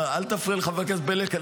אל תפריע לחבר הכנסת בליאק,